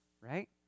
right